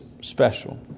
special